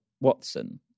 Watson